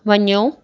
वञो